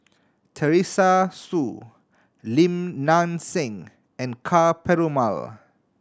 Teresa Hsu Lim Nang Seng and Ka Perumal